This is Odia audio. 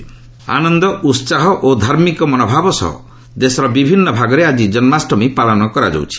ଜନ୍ମାଷ୍ଟମୀ ଆନନ୍ଦ ଉତ୍ସାହ ଓ ଧାର୍ମିକ ମନୋଭାବ ସହ ଦେଶର ବିଭିନ୍ନ ଭାଗରେ ଆଜି ଜନ୍ମାଷ୍ଟମୀ ପାଳନ କରାଯାଉଛି